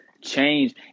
change